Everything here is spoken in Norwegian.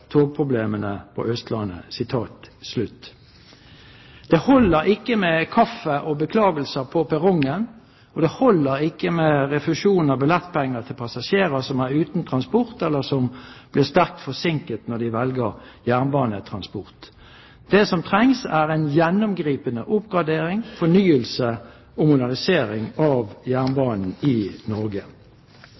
togproblemene på Østlandet.» Det holder ikke med kaffe og beklagelser på perrongen, og det holder ikke med refusjon av billettpenger til passasjerer som er uten transport, eller som blir sterkt forsinket når de velger jernbanetransport. Det som trengs, er en gjennomgripende oppgradering, fornyelse og modernisering av jernbanen i Norge.